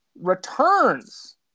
returns